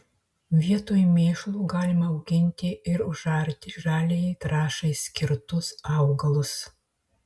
vietoj mėšlo galima auginti ir užarti žaliajai trąšai skirtus augalus